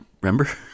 Remember